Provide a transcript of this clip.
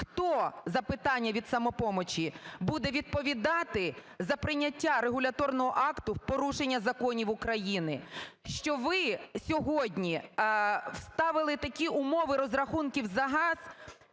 Хто – запитання від "Самопомочі" – буде відповідати за прийняття регуляторного акту в порушення законів України, що ви сьогодні вставили такі умови розрахунків за газ,